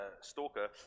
stalker